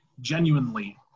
genuinely